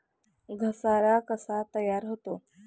घसारा कसा तयार होतो?